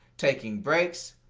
taking breaks,